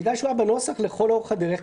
בגלל שהוא היה בנוסח לכל אורך הדרך,